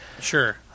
Sure